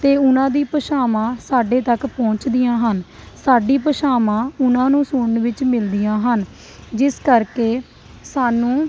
ਅਤੇ ਉਹਨਾਂ ਦੀ ਭਾਸ਼ਾਵਾਂ ਸਾਡੇ ਤੱਕ ਪਹੁੰਚਦੀਆਂ ਹਨ ਸਾਡੀ ਭਾਸ਼ਾਵਾਂ ਉਹਨਾਂ ਨੂੰ ਸੁਣਨ ਵਿੱਚ ਮਿਲਦੀਆਂ ਹਨ ਜਿਸ ਕਰਕੇ ਸਾਨੂੰ